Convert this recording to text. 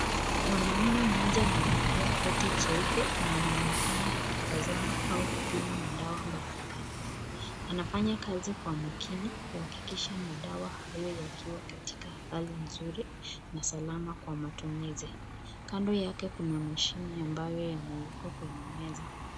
Mwanaume mmoja amevalia koti jeupe na anaonekana akitazama au kupima madawa mbalimbali. Anafanya kazi kwa makini kuhakikisha madawa hayo yakiwa kwa hali nzuri na salama kwa matumizi. Kando yake kuna mashine ambayo yamewekwa kwenye meza.